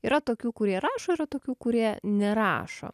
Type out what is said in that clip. yra tokių kurie rašo yra tokių kurie nerašo